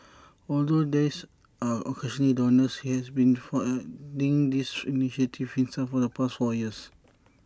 although there's are occasional donors he has been funding these initiatives himself for the past four years